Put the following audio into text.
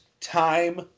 time